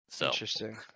Interesting